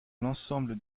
l’ensemble